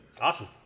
Awesome